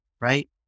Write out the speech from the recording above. right